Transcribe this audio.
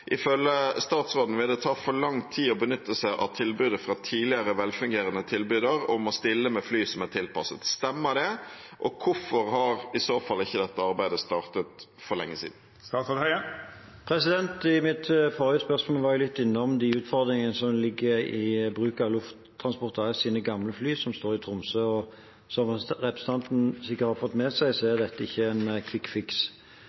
Ifølge statsråden vil det ta for lang tid å benytte seg av tilbudet fra tidligere velfungerende tilbyder om å stille med fly som er tilpasset. Stemmer det, og hvorfor har i så fall ikke dette arbeidet startet for lenge siden?» I mitt forrige spørsmål var jeg litt innom de utfordringene som ligger i bruk av Lufttransport AS’ gamle fly, som står i Tromsø. Som representanten sikkert har fått med seg, er